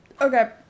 Okay